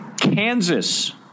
kansas